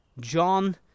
John